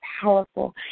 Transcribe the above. powerful